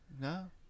No